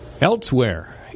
Elsewhere